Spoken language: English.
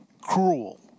cruel